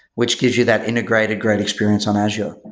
which gives you that integrated great experience on azure.